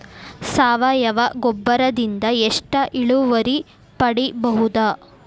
ಸಾವಯವ ಗೊಬ್ಬರದಿಂದ ಎಷ್ಟ ಇಳುವರಿ ಪಡಿಬಹುದ?